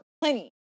plenty